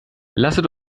lasset